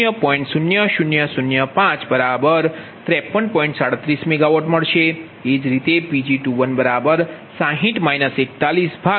37MWમળશે એજ રીતે Pg220